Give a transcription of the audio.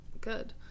Good